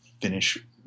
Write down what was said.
finish